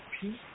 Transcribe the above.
peace